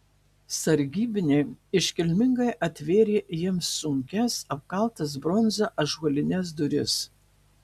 sargybiniai iškilmingai atvėrė jiems sunkias apkaltas bronza ąžuolines duris